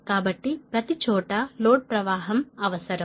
కాబట్టి ప్రతిచోటా లోడ్ ప్రవాహం అవసరం